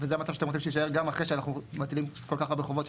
וזה המצב שאתם רוצים שיישאר גם אחרי שאנחנו מטילים כל כך הרבה חובות של